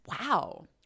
wow